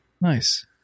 Nice